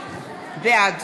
בעד